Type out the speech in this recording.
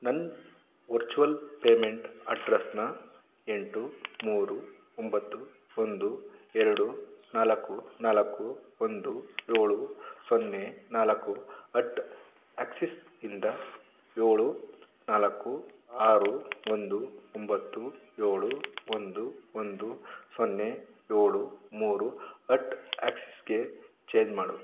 ನನ್ನ virtual payment ಅಡ್ರಸ್ಸಿನ ಎಂಟು ಮೂರು ಒಂಬತ್ತು ಒಂದು ಎರಡು ನಾಲ್ಕು ನಾಲ್ಕು ಒಂದು ಏಳು ಸೊನ್ನೆ ನಾಲ್ಕು ಅಟ್ ಎಕ್ಸಿಸ್ಸಿಂದ ಏಳು ನಾಲ್ಕು ಆರು ಒಂದು ಒಂಬತ್ತು ಏಳು ಒಂದು ಒಂದು ಸೊನ್ನೆ ಏಳು ಮೂರು ಅಟ್ ಎಕ್ಸಿಸ್ಸಿಗೆ ಚೇಂಜ್ ಮಾಡು